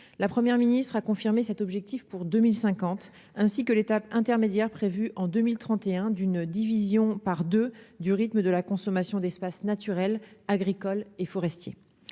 la première ministre a confirmé cet objectif pour 2050, ainsi que l'étape intermédiaire prévue en 2031 d'une division par 2 du rythme de la consommation d'espaces naturels, agricoles et forestiers,